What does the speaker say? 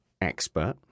expert